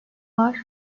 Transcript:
var